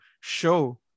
show